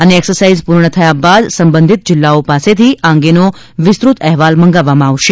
અને એક્સાઇઝ પૂર્ણ થયા બાદ સંબંધિત જિલ્લાઓ પાસેથી આ અંગેનો વિસ્તૃત અહેવાલ મંગાવવામાં આવશે